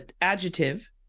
adjective